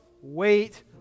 wait